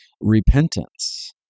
repentance